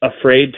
afraid